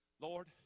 Lord